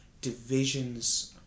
divisions